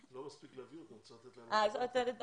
לא מספיק להביא אותם, צריך לתת להם עבודה.